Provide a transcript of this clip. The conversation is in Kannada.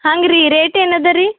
ಹಂಗೆ ರೀ ರೇಟ್ ಏನು ಅದ ರೀ